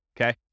Okay